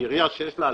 ועירייה שיש לה אלפיים,